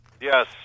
Yes